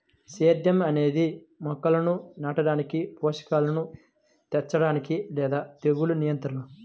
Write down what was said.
సేద్యం అనేది మొక్కలను నాటడానికి, పోషకాలను చేర్చడానికి లేదా తెగులు నియంత్రణ